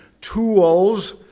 tools